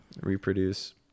reproduce